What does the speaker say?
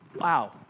Wow